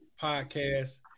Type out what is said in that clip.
podcast